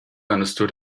understood